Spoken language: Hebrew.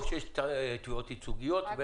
טוב שיש תביעות ייצוגיות,